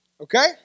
Okay